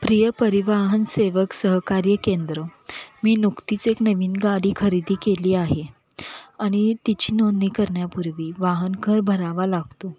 प्रिय परिवाहनसेवक सहकार्य केंद्र मी नुकतीच एक नवीन गाडी खरेदी केली आहे आणि तिची नोंदणी करण्यापूर्वी वाहन कर भरावा लागतो